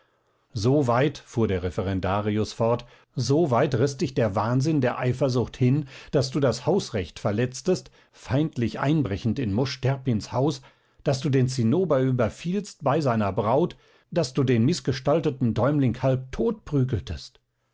so weit fuhr der referendarius fort so weit riß dich der wahnsinn der eifersucht hin daß du das hausrecht verletztest feindlich einbrechend in mosch terpins haus daß du den zinnober überfielst bei seiner braut daß du den mißgestalteten däumling halb tot prügeltest